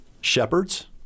shepherds